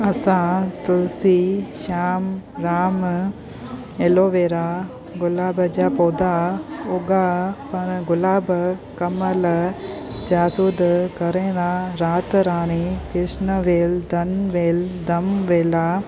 असां तुलसी शाम राम एलोवेरा गुलाब जा पौधा उगा पर गुलाब कमल जासूद करेरा रातिराणी कृष्ण वेल तन वेल दम वेला